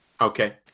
Okay